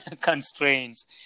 constraints